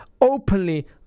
openly